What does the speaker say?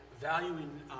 Valuing